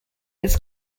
its